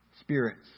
spirits